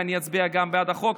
ואני אצביע בעד החוק,